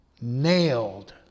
nailed